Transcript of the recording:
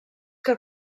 que